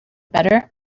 better